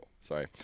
Sorry